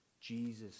Jesus